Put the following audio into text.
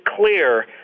clear